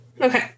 okay